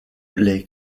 les